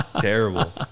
terrible